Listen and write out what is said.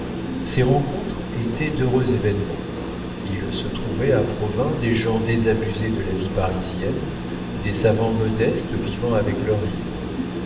ces rencontres étaient d'heureux événements il se trouvait à provins des gens désabusés de la vie parisienne des savants modestes vivant avec leurs livres